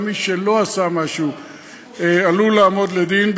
גם מי שלא עשה משהו עלול לעמוד לדין,